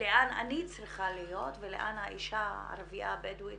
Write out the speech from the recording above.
לאן אני צריכה להיות ולאן האישה הערבייה הבדואית